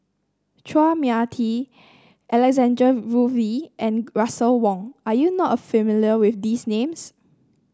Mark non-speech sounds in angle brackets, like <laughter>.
Chua Mia Tee Alexander <unintelligible> and Russel Wong are you not familiar with these names